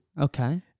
Okay